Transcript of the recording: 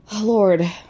Lord